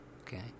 Okay